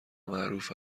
معروف